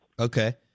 Okay